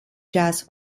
jazz